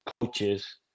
coaches